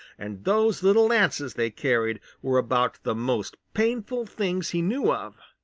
and those little lances they carried were about the most painful things he knew of.